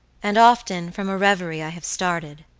and often from a reverie i have started,